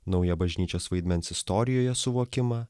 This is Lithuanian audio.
naują bažnyčios vaidmens istorijoje suvokimą